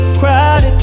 crowded